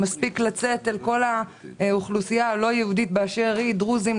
מספיק לצאת אל כל האוכלוסייה הלא יהודית באשר היא דרוזים,